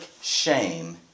shame